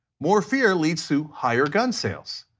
more fear leads to higher gun sales,